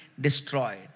destroyed